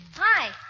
Hi